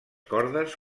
cordes